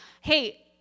hey